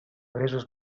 gresos